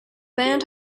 band